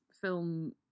film